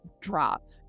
drop